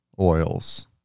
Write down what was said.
oils